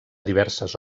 diverses